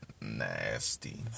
nasty